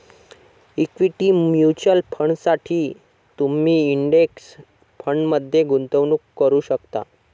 equity mutual फंडांसाठी तुम्ही index फंडमध्ये गुंतवणूक करू शकता